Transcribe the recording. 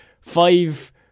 Five